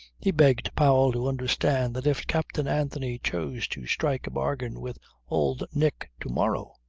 he begged powell to understand that if captain anthony chose to strike a bargain with old nick to-morrow,